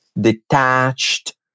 detached